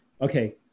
Okay